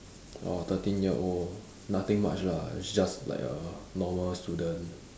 orh thirteen year old nothing much lah it's just like a normal student